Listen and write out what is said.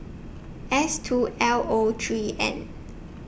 S two L O three N